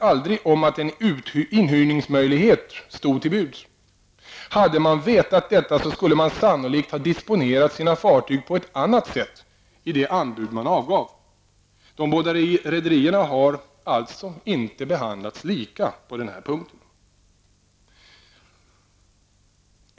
aldrig om att en inhyrningsmöjlighet stod till buds. Hade man vetat detta skulle man sannolikt ha disponerat sina fartyg på ett annat sätt i det anbud man avgav. De båda rederierna har alltså inte behandlats lika på den här punkten.